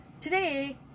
today